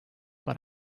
but